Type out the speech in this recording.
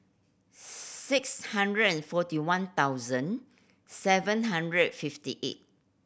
six hundred and forty one thousand seven hundred and fifty eight